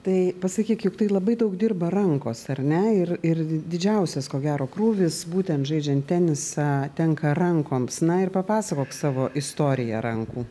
tai pasakyk juk tai labai daug dirba rankos ar ne ir ir di didžiausias ko gero krūvis būtent žaidžiant tenisą tenka rankoms na ir papasakok savo istoriją rankų